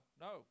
no